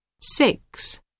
Six